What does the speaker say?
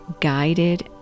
guided